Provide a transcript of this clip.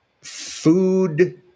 food